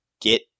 get